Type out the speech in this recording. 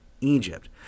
Egypt